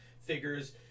figures